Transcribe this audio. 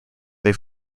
they